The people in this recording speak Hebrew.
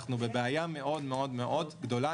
אנחנו בבעיה מאוד מאוד גדולה.